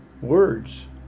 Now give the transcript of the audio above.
words